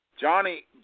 Johnny